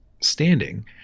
standing